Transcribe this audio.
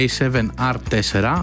A7R4